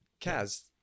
kaz